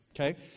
Okay